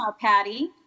Patty